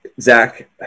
Zach